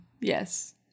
Yes